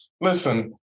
listen